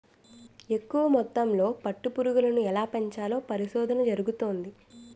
ఎక్కువ మొత్తంలో పట్టు పురుగులను ఎలా పెంచాలో పరిశోధన జరుగుతంది